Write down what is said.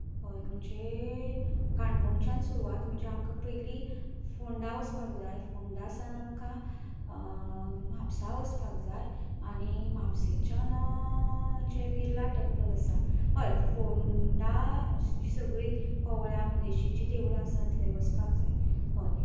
हय म्हणजे काणकोणच्यान सुरवात आमकां पयली फोंडा वचपाक जाय फोंडा सावन आमकां म्हापश्यां वचपाक जाय आनी म्हापशेंच्यान जे बिर्ला टेम्पल आसा हय फोंडा जी सगळीं कवळें मंगेशीची देवळां आसात थंय वचपाक जाय हय